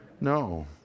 No